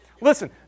Listen